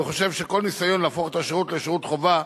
וחושב שכל ניסיון להפוך את השירות לשירות חובה,